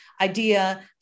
idea